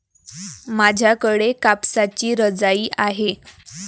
माझ्याकडे कापसाची रजाई आहे